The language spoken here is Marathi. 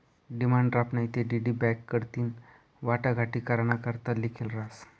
डिमांड ड्राफ्ट नैते डी.डी बॅक कडथीन वाटाघाटी कराना करता लिखेल रहास